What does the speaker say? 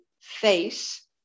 face